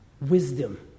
wisdom